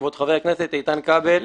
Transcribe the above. כבוד חבר הכנסת איתן כבל,